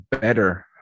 better